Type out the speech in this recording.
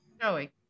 Joey